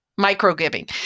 micro-giving